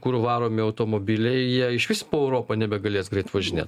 kuru varomi automobiliai jie išvis po europą nebegalės greit važinėt